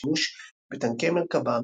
לשימוש בטנקי מרכבה,